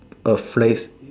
a phrase